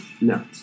No